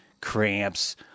cramps